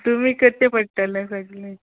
तुमी करचें पडटलें सगळें